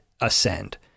ascend